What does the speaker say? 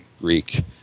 Greek